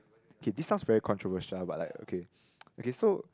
okay this sounds very controversial uh but like okay ppo okay so